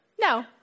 No